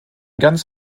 ganz